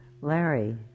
Larry